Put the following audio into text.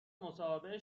مصاحبه